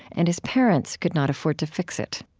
and his parents could not afford to fix it